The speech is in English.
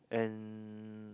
and